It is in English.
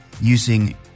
using